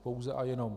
Pouze a jenom.